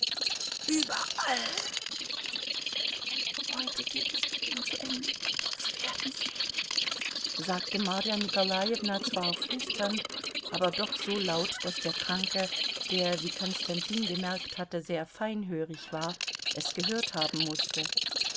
überall heute geht es mit ihm zu ende sie werden sehen sagte marja nikolajewna zwar flüsternd aber doch so laut daß der kranke der wie konstantin gemerkt hatte sehr feinhörig war es gehört haben mußte